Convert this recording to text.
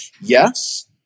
Yes